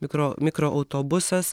mikro mikroautobusas